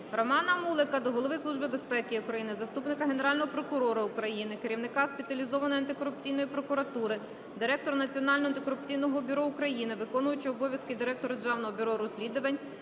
Романа Мулика до Голови Служби безпеки України, заступника Генерального прокурора України – керівника Спеціалізованої антикорупційної прокуратури, Директора Національного антикорупційного бюро України, виконувача обов'язків Директора Державного бюро розслідувань